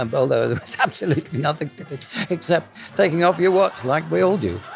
and although there was absolutely nothing except taking off your watch like we all do.